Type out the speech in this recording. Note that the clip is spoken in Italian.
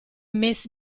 miss